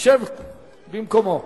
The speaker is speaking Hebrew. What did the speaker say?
ישב במקומו.